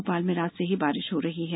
भोपाल में रात से ही बारिष हो रही है